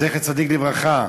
זכר צדיק לברכה,